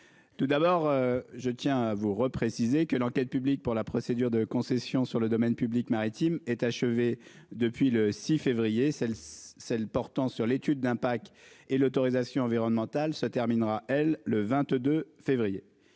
Tout d'abord je tiens à vous repréciser que l'enquête publique pour la procédure de concession sur le domaine public maritime est achevée depuis le 6 février, celle, celle portant sur l'étude d'un Pack et l'autorisation environnementale se terminera elle le 22 février.